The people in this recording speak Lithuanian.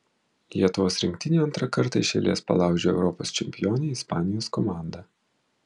lietuvos rinktinė antrą kartą iš eilės palaužė europos čempionę ispanijos komandą